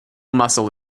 muscle